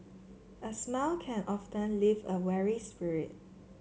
a smile can often lift a weary spirit